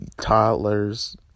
toddlers